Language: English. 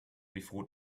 before